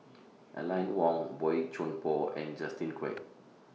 Aline Wong Boey Chuan Poh and Justin Quek